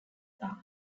art